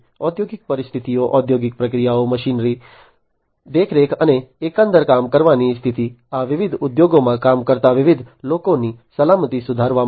ઔદ્યોગિક પરિસ્થિતિઓ ઔદ્યોગિક પ્રક્રિયાઓ મશીનરી દેખરેખ અને એકંદર કામ કરવાની સ્થિતિ આ વિવિધ ઉદ્યોગોમાં કામ કરતા વિવિધ લોકોની સલામતી સુધારવા માટે